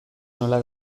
nola